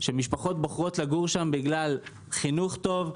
שמשפחות בוחרות לגור שם בגלל חינוך טוב,